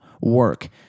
work